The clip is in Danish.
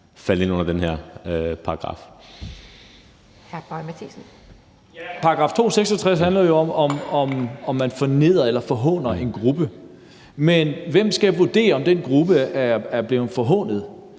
Mathiesen. Kl. 20:18 Lars Boje Mathiesen (NB): § 266 b handler jo om, at man fornedrer eller forhåner en gruppe. Men hvem skal vurdere, om den gruppe er blevet forhånet?